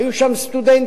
היו שם סטודנטים,